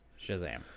Shazam